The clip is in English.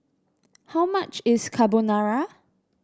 how much is Carbonara